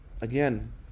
Again